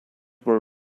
were